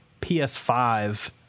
ps5